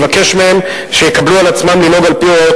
ולבקש מהם שיקבלו על עצמם לנהוג על-פי הוראות